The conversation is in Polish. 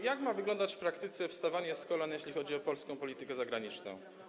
Jak ma wyglądać w praktyce wstawanie z kolan, jeśli chodzi o polską politykę zagraniczną?